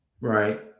right